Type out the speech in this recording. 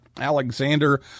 Alexander